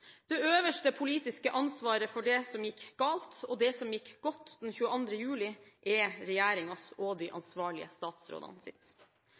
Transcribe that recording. Det øverste politiske ansvaret for det som gikk galt, og det som gikk godt den 22. juli, er regjeringens og de